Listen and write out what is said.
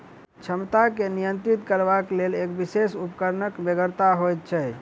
क्षमता के नियंत्रित करबाक लेल एक विशेष उपकरणक बेगरता होइत छै